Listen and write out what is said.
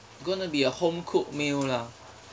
going to be a home cooked meal lah